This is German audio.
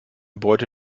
beute